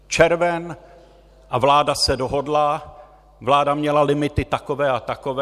Červen a vláda se dohodla, vláda měla limity takové a takové.